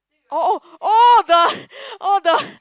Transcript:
oh oh oh the oh the